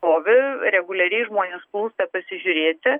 nestovi reguliariai žmonės plūsta pasižiūrėti